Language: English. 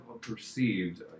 perceived